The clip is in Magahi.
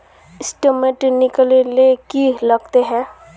स्टेटमेंट निकले ले की लगते है?